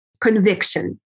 conviction